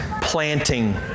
planting